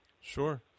Sure